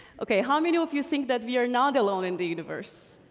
okay, how um you know of you think that we are not alone in the universe?